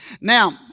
Now